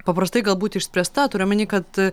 paprastai galbūt išspręsta turiu omeny kad